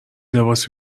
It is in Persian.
لباسی